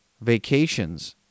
vacations